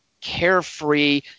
carefree